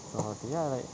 some will say ya like